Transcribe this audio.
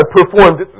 performed